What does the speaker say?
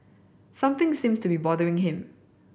something seems to be bothering him